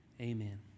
Amen